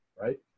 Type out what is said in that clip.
right